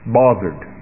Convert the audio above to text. bothered